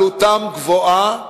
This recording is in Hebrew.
עלותם גבוהה